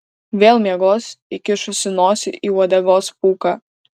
vėl miegos įkišusi nosį į uodegos pūką